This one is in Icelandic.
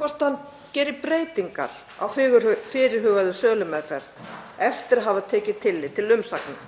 hvort hann gerir breytingar á fyrirhugaðri sölumeðferð eftir að hafa tekið tillit til umsagna.